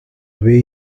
way